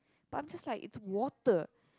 but I'm just like it's water